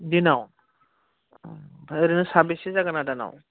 दिनाव ओमफ्राय ओरैनो साबेसे जागोन आदानाव